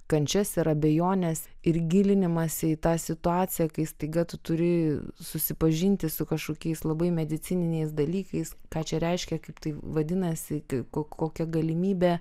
kančias ir abejones ir gilinimąsi į tą situaciją kai staiga tu turi susipažinti su kažkokiais labai medicininiais dalykais ką čia reiškia kaip tai vadinasi ko kokia galimybė